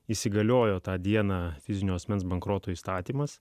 įsigaliojo tą dieną fizinio asmens bankroto įstatymas